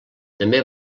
també